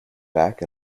back